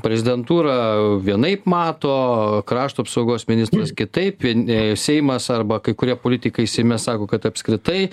prezidentūra vienaip mato krašto apsaugos ministras kitaip nei seimas arba kai kurie politikai seime sako kad apskritai